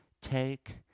take